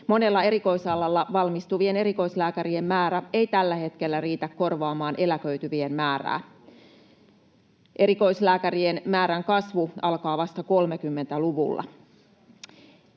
Monella erikoisalalla valmistuvien erikoislääkärien määrä ei tällä hetkellä riitä korvaamaan eläköityvien määrää. [Petri Honkosen välihuuto] Erikoislääkärien määrän kasvu alkaa vasta 30-luvulla.